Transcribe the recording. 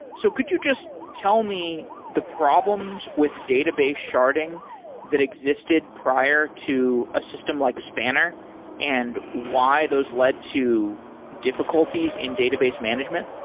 so could just tell me the problems with database sharding that existed prior to a system like spanner and why those led to difficulties in database management?